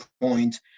point